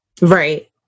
Right